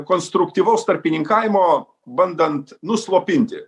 konstruktyvaus tarpininkavimo bandant nuslopinti